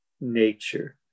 nature